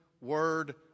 word